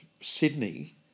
Sydney